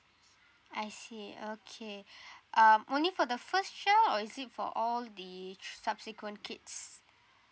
I see okay um only for the first child or is it for all the subsequent kids